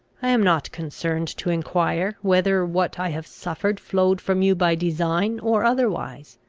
i am not concerned to enquire, whether what i have suffered flowed from you by design or otherwise